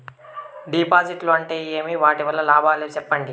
డిపాజిట్లు అంటే ఏమి? వాటి వల్ల లాభాలు సెప్పండి?